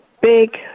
big